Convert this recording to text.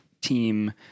team